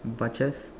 butchers